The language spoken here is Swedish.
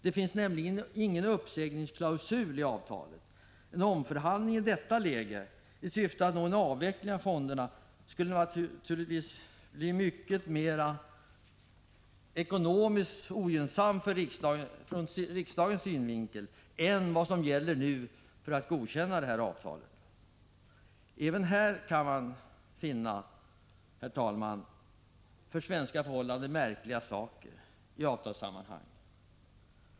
Det finns nämligen ingen uppsägningsklausul i avtalet. En omförhandling i detta läge — i syfte att nå en avveckling av fonderna — skulle naturligtvis leda till mycket mera ekonomiskt ogynnsamma villkor ur riksdagens synvinkel än de som nu gäller för det godkända avtalet. Även här, herr talman, kan vi finna för svenska förhållanden märkliga saker i avtalssammanhang.